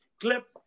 clip